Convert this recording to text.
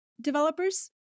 developers